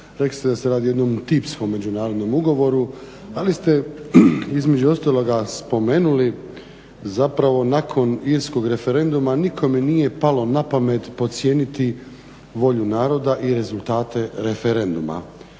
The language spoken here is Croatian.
ste da se radi o jednom tipkom međunarodnom ugovoru ali ste između ostaloga spomenuli zapravo nakon Irskog referenduma nikome nije palo na pamet podcijeniti volju naroda i rezultate referenduma